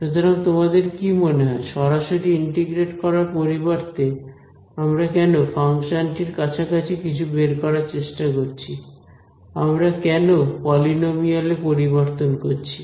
সুতরাং তোমাদের কি মনে হয় সরাসরি ইন্টিগ্রেট করার পরিবর্তে আমরা কেন ফাংশনটির কাছাকাছি কিছু বের করার চেষ্টা করছি আমরা কেন পলিনোমিয়াল এ পরিবর্তন করছি